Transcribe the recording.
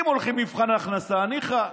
אם הולכים לפי מבחן הכנסה, ניחא,